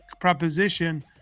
proposition